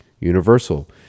universal